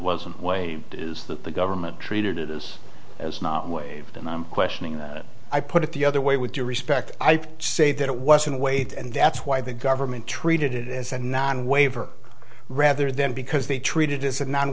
wasn't way is that the government treated it is as not waived and i'm questioning that i put it the other way with due respect i say that it wasn't a wait and that's why the government treated it as a non waiver rather than because they treated is a non